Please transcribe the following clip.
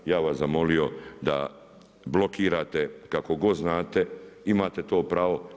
Ja bih vas zamolio da blokirate kako god znate, imate to pravo.